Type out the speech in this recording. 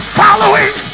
following